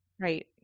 right